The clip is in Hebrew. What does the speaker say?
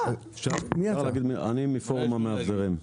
אני מפורום המאבזרים.